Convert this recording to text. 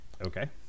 okay